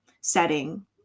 setting